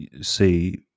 see